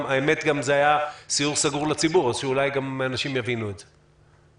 האמת שזה היה סיור סגור לציבור אז שאולי גם אנשים יבינו את זה.